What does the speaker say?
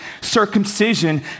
circumcision